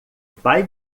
vai